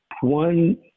one